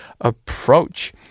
approach